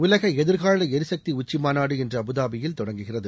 உலக எதிர்கால எரிசக்தி உச்சி மாநாடு இன்று அபுதாபியில் தொடங்குகிறது